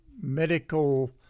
medical